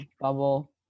Bubble